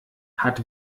hat